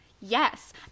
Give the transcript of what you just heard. Yes